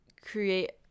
create